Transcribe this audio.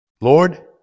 Lord